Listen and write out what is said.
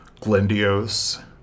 Glendios